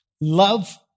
Love